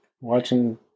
watching